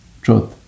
truth